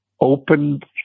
opened